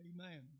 Amen